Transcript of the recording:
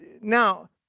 now